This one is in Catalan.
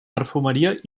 perfumeria